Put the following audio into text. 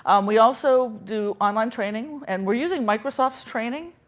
um we also do online training. and we're using microsoft's training,